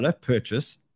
purchase